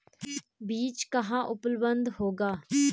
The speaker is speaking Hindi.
बीज कहाँ उपलब्ध होगा?